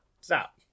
Stop